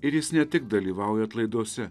ir jis ne tik dalyvauja atlaiduose